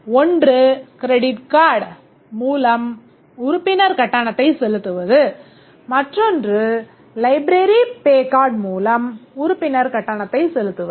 ஒன்று credit card மூலம் உறுப்பினர் கட்டணத்தை செலுத்துவது மற்றொன்று library pay card மூலம் உறுப்பினர் கட்டணத்தை செலுத்துவது